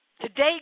today